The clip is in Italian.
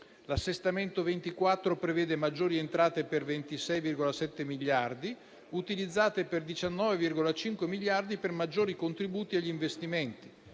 L'assestamento 2024 prevede maggiori entrate per 26,7 miliardi utilizzate per 19,5 miliardi per maggiori contributi agli investimenti.